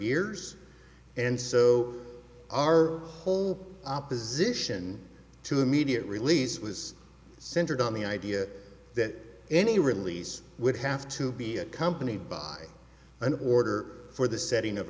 years and so our whole opposition to immediate release was centered on the idea that any release would have to be accompanied by an order for the setting of